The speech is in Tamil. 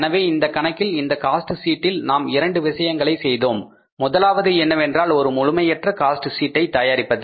எனவே இந்த கணக்கில் இந்த காஸ்ட் சீட்டில் நாம் இரண்டு விஷயங்களை செய்தோம் முதலாவது என்னவென்றால் ஒரு முழுமையற்ற காஸ்ட் சீட்டை தயாரிப்பது